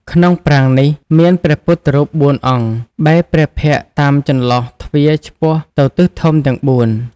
ក្នុងប្រាង្គនេះ មានព្រះពុទ្ធរូបបួន អង្គ បែរព្រះភក្ត្រតាមចន្លោះទ្វារឆ្ពោះទៅទិសធំទាំងបួន ។